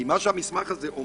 כי מה שהמסמך אומר